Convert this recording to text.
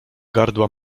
gardła